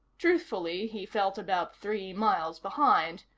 truthfully, he felt about three miles behind.